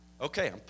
Okay